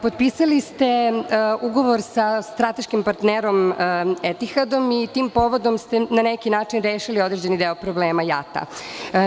Potpisali ste ugovor sa strateškim partnerom Etihadom i tim povodom ste na neki način rešili određeni deo problema JAT-a.